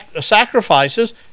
sacrifices